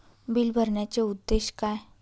Bill भरण्याचे उद्देश काय?